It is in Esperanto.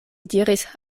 diris